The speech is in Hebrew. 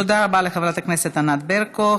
תודה רבה לחברת הכנסת ענת ברקו.